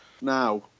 Now